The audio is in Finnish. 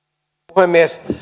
puhemies